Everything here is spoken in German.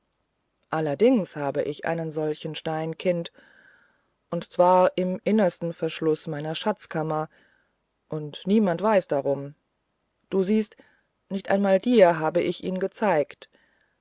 allerdings habe ich einen solchen stein kind und zwar im innersten verschluß meiner schatzkammer und niemand weiß darum du siehst nicht einmal dir habe ich ihn gezeigt